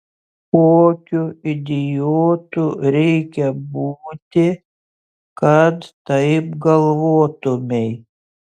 kokiu idiotu reikia būti kad taip galvotumei